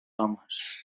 homes